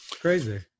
Crazy